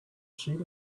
sheet